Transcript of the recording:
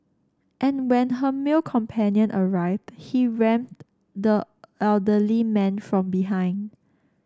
and when her male companion arrived he rammed the elderly man from behind